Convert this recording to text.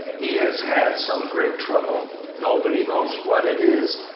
he has had some great trouble nobody knows what it is,